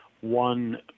one